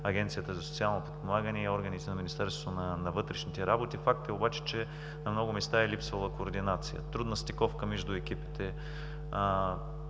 Агенцията за социално подпомагане и органите на Министерството на вътрешните работи. Факт е, че на много места е липсвала координация. Трудна стиковка между екипите